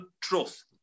truth